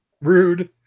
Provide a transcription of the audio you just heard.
rude